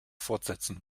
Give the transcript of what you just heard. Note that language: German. fortsetzen